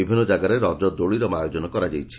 ବିଭିନ୍ନ ଜାଗାରେ ରଜ ଦୋଳିର ଆୟୋଜନ ମଧ କରାଯାଇଛି